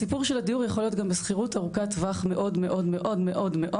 הסיפור של הדיור יכול להיות גם בשכירות ארוכת טווח מאוד מאוד מאוד מאוד,